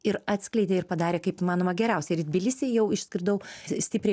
ir atskleidė ir padarė kaip įmanoma geriausiai ir į tbilisį jau išskridau stipriai